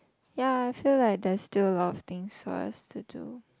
ya I feel like there's still a lot of things for us to do